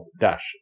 dash